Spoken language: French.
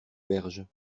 berges